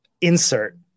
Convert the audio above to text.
insert